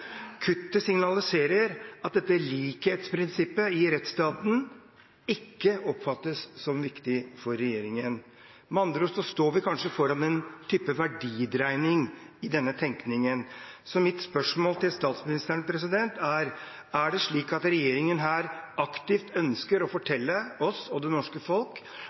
Kuttet signaliserer at dette likhetsprinsippet i rettsstaten ikke oppfattes som viktig for regjeringen. Med andre ord står vi kanskje foran en type verdidreining i denne tenkningen. Mitt spørsmål til statsministeren er: Er det slik at regjeringen her aktivt ønsker å fortelle oss og det norske folk